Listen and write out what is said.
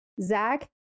Zach